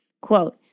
Quote